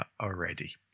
already